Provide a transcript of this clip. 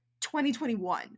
2021